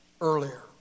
earlier